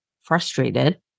frustrated